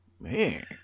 man